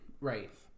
right